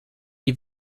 die